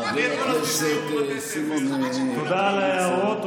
חבר הכנסת סימון, תודה על ההערות.